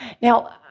Now